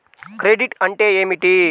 Credit అంటే ఏమిటి?